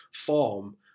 form